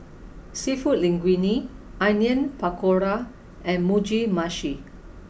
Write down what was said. Seafood Linguine Onion Pakora and Mugi Meshi